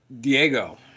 Diego